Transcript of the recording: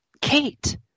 Kate